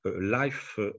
Life